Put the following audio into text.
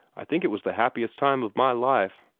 i think it was the happiest time of my life.